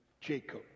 Jacob